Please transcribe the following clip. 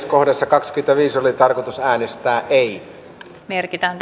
kohdassa kahdeksantoista oli tarkoitus äänestää jaa merkitään